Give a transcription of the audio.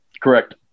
Correct